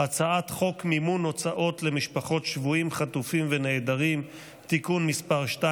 אני קובע כי הצעת חוק העונשין (תיקון מס' 150)